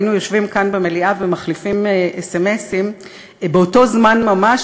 היינו יושבים כאן במליאה ומחליפים סמ"סים באותו הזמן ממש